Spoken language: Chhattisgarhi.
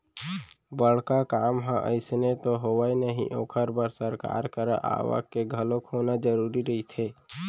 बड़का काम ह अइसने तो होवय नही ओखर बर सरकार करा आवक के घलोक होना जरुरी रहिथे